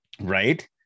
right